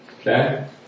Okay